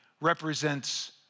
represents